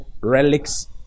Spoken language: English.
relics